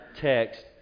text